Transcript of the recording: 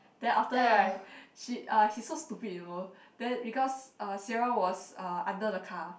then after that right she uh he so stupid you know then because uh Sierra was uh under the car